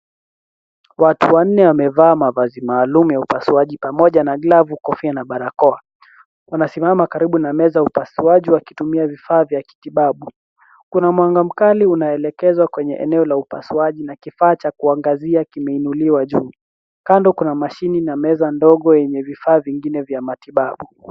Watu wanne wamevaa mavazi maalum ya upasuaji pamoja na glavu, kofia na barakoa. Wanasimama karibu na meza ya upasuaji wakitumia vifaa vya kijitibabu. Kuna mwanga mkali unaelekezwa kwenye eneo la upasuaji na kifaa cha kuangazia kimeinuliwa juu. Kando kuna mashini na meza ndogo yenye vifaa vingine vya matibabu.